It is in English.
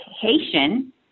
Haitian